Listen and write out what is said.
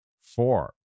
Four